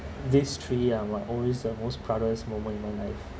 these three are my always uh most proudest moment in my life